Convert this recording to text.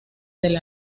del